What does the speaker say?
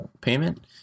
payment